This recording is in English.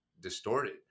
distorted